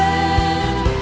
and